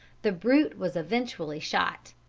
the brute was eventually shot!